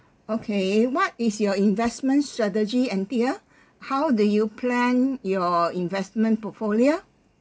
okay what is your investment strategy anthea how do you plan your investment portfolio